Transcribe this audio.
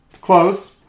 Close